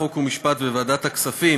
חוק ומשפט להמשך דיון